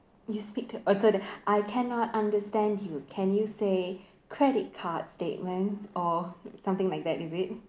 you speak to also the I cannot understand you can you say credit card statement or something like that is it